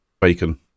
bacon